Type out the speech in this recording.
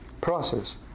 process